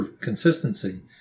consistency